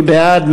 מי בעד?